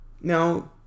Now